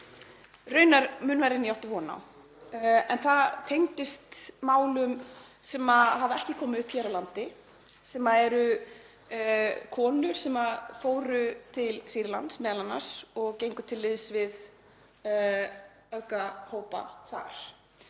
raunar mun verri en ég átti von á. En það tengdist málum sem hafa ekki komið upp hér á landi sem eru konur sem fóru m.a. til Sýrlands og gengu til liðs við öfgahópa þar.